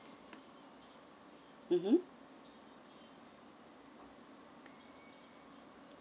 mmhmm